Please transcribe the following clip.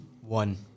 One